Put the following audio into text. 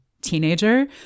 teenager